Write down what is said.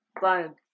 Fine